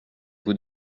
vous